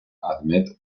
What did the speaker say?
admet